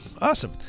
awesome